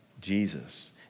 Jesus